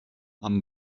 amb